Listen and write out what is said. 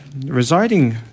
residing